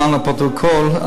למען הפרוטוקול,